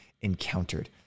encountered